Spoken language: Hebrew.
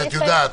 את יודעת,